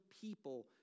people